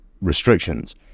restrictions